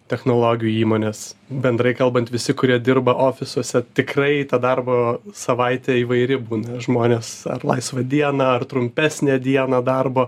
technologijų įmonės bendrai kalbant visi kurie dirba ofisuose tikrai ta darbo savaitė įvairi būna žmonės ar laisvą dieną ar trumpesnę dieną darbo